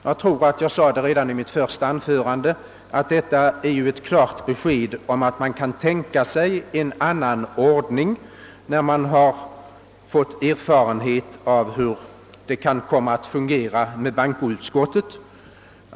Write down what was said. Jag tror att jag redan i mitt första anförande framhöll att detta är ett klart besked om att man kan tänka sig en annan ordning när man har fått erfarenhet av hur det kan komma att fungera med bankoutskottet som besvärsinstans.